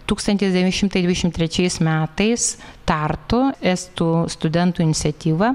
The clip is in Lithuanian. tūkstantis devyni šimtai dvidešimt trečiais metais tartu estų studentų iniciatyva